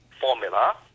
formula